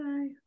Bye